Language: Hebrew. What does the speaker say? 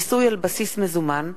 (מיסוי על בסיס מזומן),